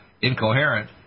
incoherent